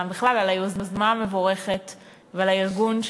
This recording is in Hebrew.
בכלל על היוזמה המבורכת ועל הארגון,